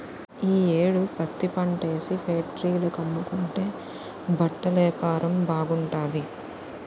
ఈ యేడు పత్తిపంటేసి ఫేట్రీల కమ్ముకుంటే బట్టలేపారం బాగుంటాది